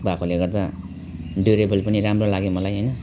भएकोले गर्दा ड्युरेबल पनि राम्रो लाग्यो मलाई हैन